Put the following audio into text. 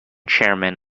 chairman